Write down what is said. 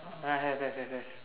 uh have have have have